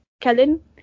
Kellen